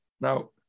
Now